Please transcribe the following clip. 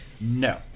No